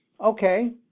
okay